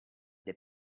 they